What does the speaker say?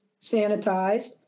sanitized